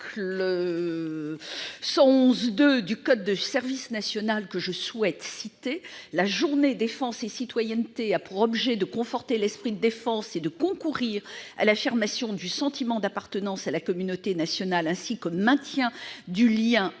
L. 111-2 du code du service national, « la Journée défense et citoyenneté a pour objet de conforter l'esprit de défense et de concourir à l'affirmation du sentiment d'appartenance à la communauté nationale, ainsi qu'au maintien du lien entre